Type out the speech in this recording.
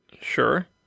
Sure